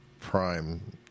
prime